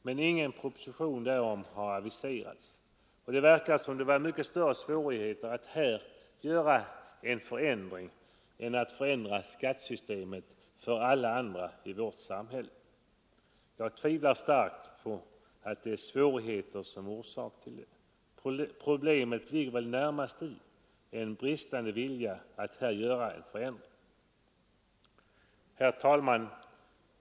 Men ingen proposition därom har aviserats, och det verkar som om det föreligger mycket större svårigheter att här göra en förändring än att förändra skattesystemet för alla andra i vårt samhälle. Jag tvivlar mycket starkt på att det är fråga om svårigheter. Problemet ligger väl närmast i en bristande vilja att här göra en förändring. Herr talman!